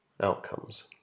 outcomes